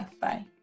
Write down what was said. Bye